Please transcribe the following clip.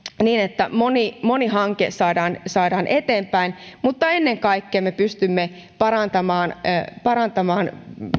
niin että moni moni hanke saadaan saadaan eteenpäin mutta ennen kaikkea me pystymme parantamaan parantamaan